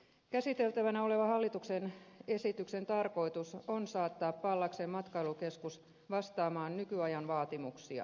käsiteltävänä olevan hallituksen esityksen tarkoitus on saattaa pallaksen matkailukeskus vastaamaan nykyajan vaatimuksia